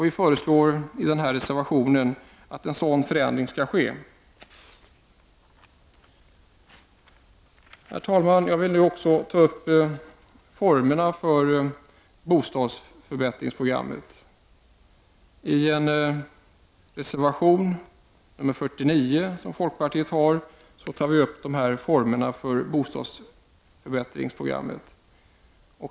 Vi föreslår i reservationen att en sådan förändring skall ske. Herr talman! Jag vill också ta upp formerna för bostadsförbättringsprogrammet. I en reservation, nr 49, som folkpartiet har fogat till betänkandet tar vi upp formerna för bostadsförbättringsprogrammet.